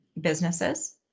businesses